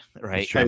right